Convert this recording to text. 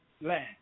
land